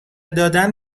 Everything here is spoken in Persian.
دادن